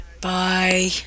Bye